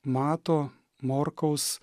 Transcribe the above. mato morkaus